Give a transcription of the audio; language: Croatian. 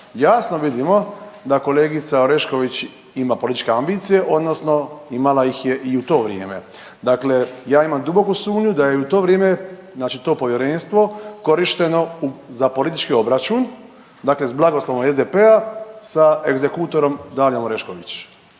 jasno vidimo da kolegica Orešković ima političke ambicije odnosno imala ih je i u to vrijeme. Dakle, ja imam duboku sumnju da je i u to vrijeme znači to povjerenstvo korišteno za politički obračun dakle s blagoslovom SDP-a sa egzekutorom Dalijom Orešković.